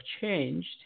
changed